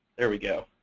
there we go.